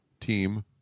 team